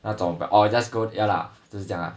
那种 but or just go ya lah 就是这样 lah